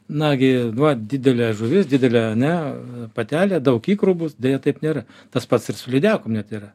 nagi va didelė žuvis didelė ne patelė daug ikrų bus deja taip nėra tas pats ir su lydekom net yra